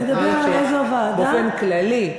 באופן כללי,